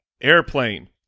Airplane